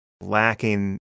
lacking